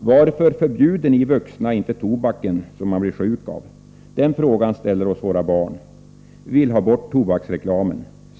”Varför förbjuder ni vuxna inte tobaken, som man blir sjuk av? Den frågan ställer oss våra barn. Vi vill ha bort tobaksreklamen.